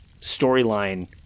storyline –